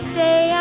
day